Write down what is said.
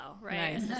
right